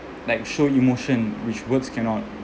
like show emotion which words cannot